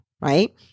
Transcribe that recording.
Right